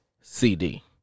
CD